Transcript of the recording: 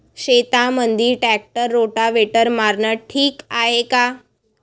शेतामंदी tractor rotavator मारनं ठीक हाये का?